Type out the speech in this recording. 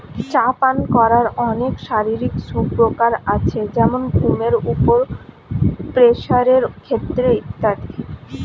চা পান করার অনেক শারীরিক সুপ্রকার আছে যেমন ঘুমের উপর, প্রেসারের ক্ষেত্রে ইত্যাদি